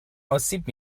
آسیب